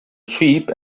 sheep